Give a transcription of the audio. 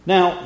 Now